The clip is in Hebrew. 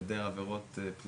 האישור על היעדר עבירות פליליות